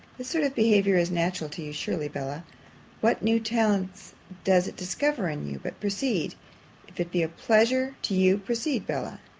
this sort of behaviour is natural to you, surely, bella what new talents does it discover in you but proceed if it be a pleasure to you, proceed, bella.